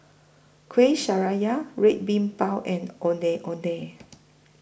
Kuih Red Bean Bao and Ondeh Ondeh